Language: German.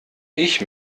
ich